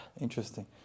Interesting